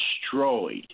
destroyed